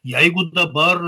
jeigu dabar